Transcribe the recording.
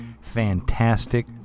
fantastic